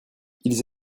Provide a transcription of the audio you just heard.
ils